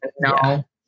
no